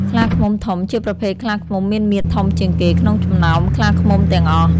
ខ្លាឃ្មុំធំជាប្រភេទខ្លាឃ្មុំមានមាឌធំជាងគេ ក្នុងចំណោមខ្លាឃ្មុំទាំងអស់។